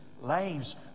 Lives